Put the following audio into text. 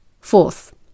Fourth